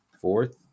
fourth